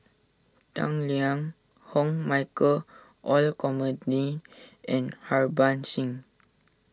Tang Liang Hong Michael Olcomendy and Harbans Singh